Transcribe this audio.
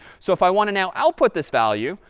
so if i want to now output this value,